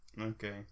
Okay